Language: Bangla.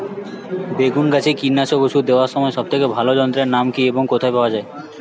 বেগুন গাছে কীটনাশক ওষুধ দেওয়ার সব থেকে ভালো যন্ত্রের নাম কি এবং কোথায় পাওয়া যায়?